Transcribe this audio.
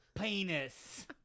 penis